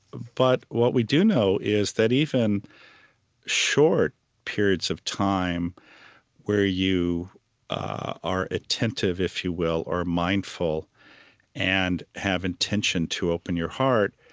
but what we do know is that even short periods of time where you are attentive, if you will, or mindful and have intention to open your heart,